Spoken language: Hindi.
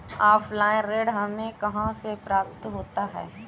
ऑफलाइन ऋण हमें कहां से प्राप्त होता है?